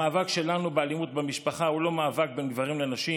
המאבק שלנו באלימות במשפחה הוא לא מאבק בין גברים לנשים,